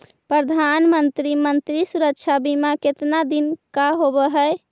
प्रधानमंत्री मंत्री सुरक्षा बिमा कितना दिन का होबय है?